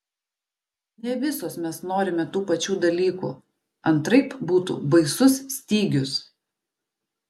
ne visos mes norime tų pačių dalykų antraip būtų baisus stygius